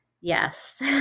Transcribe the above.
Yes